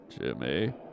Jimmy